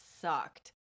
sucked